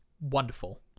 Wonderful